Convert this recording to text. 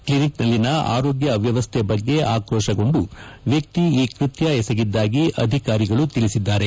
ಕ್ಷಿನಿಕ್ನಲ್ಲಿನ ಆರೋಗ್ಯ ಅವ್ಯವಸ್ಥೆ ಬಗ್ಗೆ ಆಕ್ರೋಶಗೊಂದು ವ್ಯಕ್ತಿ ಈ ಕೃತ್ಯ ಎಸೆಗಿದ್ದಾಗಿ ಅಧಿಕಾರಿಗಳು ತಿಳಿಸಿದ್ದಾರೆ